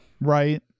right